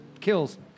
Kills